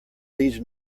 leads